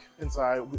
inside